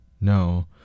No